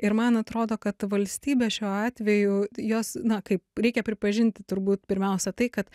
ir man atrodo kad valstybė šiuo atveju jos na kaip reikia pripažinti turbūt pirmiausia tai kad